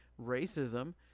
racism